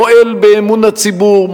מועל באמון הציבור,